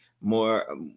More